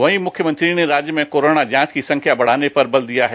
वहीं मुख्यमंत्री ने राज्य में कोरोना जाँच की संख्या बढ़ाने पर बल दिया है